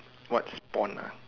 what's bond nah